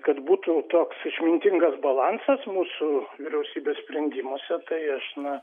kad būtų toks išmintingas balansas mūsų vyriausybės sprendimuose tai aš na